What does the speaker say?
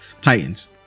Titans